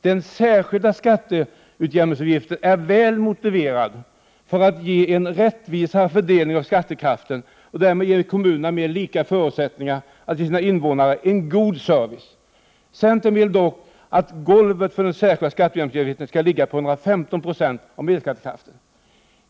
Den särskilda skatteutjämningsavgiften är väl motiverad för att ge en rättvisare fördelning av skattekraften och därmed ge kommunerna mer lika förutsättningar att ge sina invånare en god service. Centern vill dock att ”golvet” för den särskilda skatteutjämningsavgiften skall ligga på 115 96 av medelskattekraften.